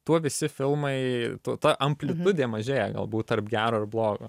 tuo visi filmai ta amplitudė mažėja galbūt tarp gero ir blogo